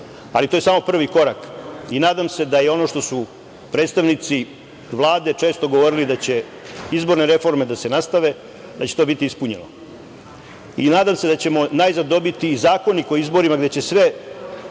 ali to je samo prvi korak. Nadam se da je ono što su predstavnici Vlade često govorili da će izborne reforme da se nastave, da će to biti ispunjeno. Nadam se da ćemo najzad dobiti i zakonik o izborima gde će sva